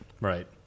Right